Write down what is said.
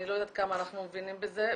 אני לא יודעת כמה אנחנו מבינים בזה,